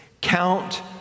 count